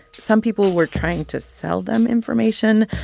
some people were trying to sell them information.